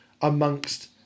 amongst